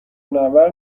منور